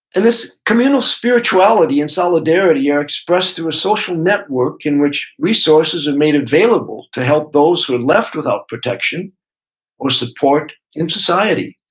and this communal spirituality and solidarity solidarity are expressed through a social network in which resources are made available to help those who are left without protection or support in society.